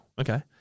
okay